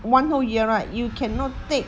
one whole year right you cannot take